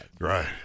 Right